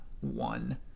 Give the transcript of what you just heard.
one